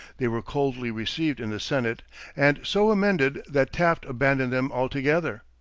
they were coldly received in the senate and so amended that taft abandoned them altogether.